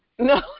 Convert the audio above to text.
No